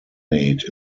made